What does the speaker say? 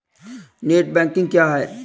Net banking क्या है?